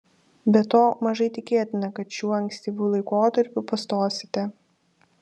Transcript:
be to mažai tikėtina kad šiuo ankstyvu laikotarpiu pastosite